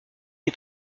est